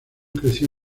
creció